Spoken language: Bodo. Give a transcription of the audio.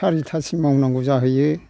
सारिथासिम मावनांगौ जाहैयो